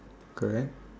correct